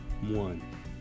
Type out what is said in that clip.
one